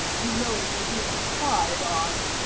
you know you're being spied on.